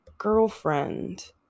girlfriend